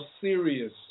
serious